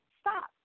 Stop